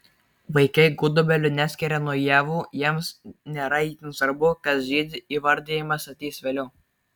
vaikai gudobelių neskiria nuo ievų jiems nėra itin svarbu kas žydi įvardijimas ateis vėliau